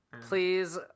Please